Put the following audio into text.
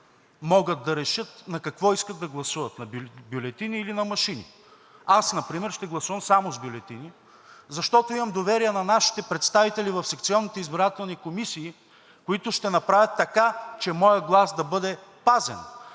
могат да решат на какво искат да гласуват – с бюлетини или на машини. Аз например ще гласувам само с бюлетини, защото имам доверие на нашите представители в секционните избирателни комисии, които ще направят така, че моят глас да бъде пазен.